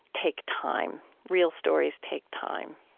take time. real stories take time